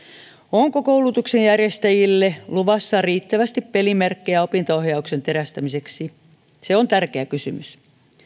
onko koulutuksen järjestäjille luvassa riittävästi pelimerkkejä opinto ohjauksen terästämiseksi se on tärkeä kysymys